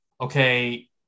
okay